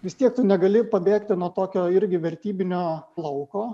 vis tiek tu negali pabėgti nuo tokio irgi vertybinio lauko